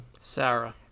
Sarah